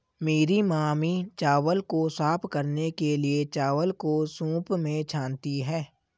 मेरी मामी चावल को साफ करने के लिए, चावल को सूंप में छानती हैं